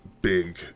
big